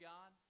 God